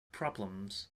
problems